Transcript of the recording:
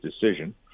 decision